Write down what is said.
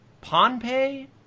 Pompeii